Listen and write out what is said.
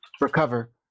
recover